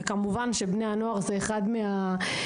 וכמובן שבני הנוער הם אחד מהאוכלוסיות